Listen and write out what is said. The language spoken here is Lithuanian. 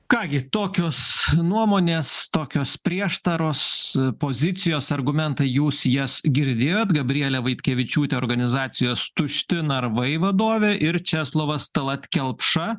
ką gi tokios nuomonės tokios prieštaros pozicijos argumentai jūs jas girdėjot gabrielė vaitkevičiūtė organizacijos tušti narvai vadovė ir česlovas talat kelpša